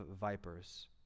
vipers